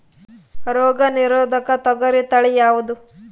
ರೋಗ ನಿರೋಧಕ ತೊಗರಿ ತಳಿ ಯಾವುದು?